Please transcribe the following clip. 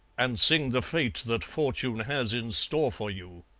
and sing the fate that fortune has in store for you.